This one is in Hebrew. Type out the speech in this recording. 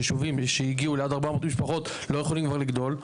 שישובים שהגיעו לעד 400 משפחות לא יכולים כבר לגדול.